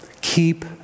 Keep